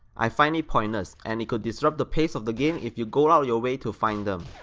i find it pointless and it could disrupt the pace of the game if you go out your way to find them.